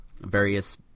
various